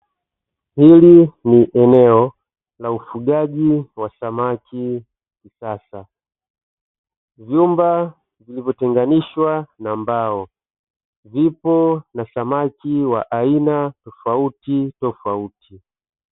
Hili ni eneo la ufugaji wa samaki wa kisasa, vyumba vilivyotenganishwa na mbao, vipo na samaki wa aina tofautitofauti.